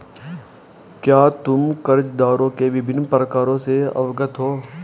क्या तुम कर्जदारों के विभिन्न प्रकारों से अवगत हो?